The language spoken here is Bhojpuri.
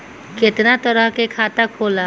केतना तरह के खाता होला?